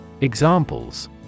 Examples